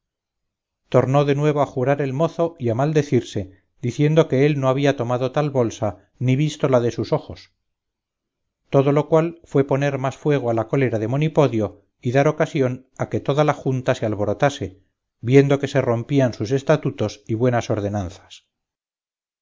tornó de nuevo a jurar el mozo y a maldecirse diciendo que él no había tomado tal bolsa ni vístola de sus ojos todo lo cual fue poner más fuego a la cólera de monipodio y dar ocasión a que toda la junta se alborotase viendo que se rompían sus estatutos y buenas ordenanzas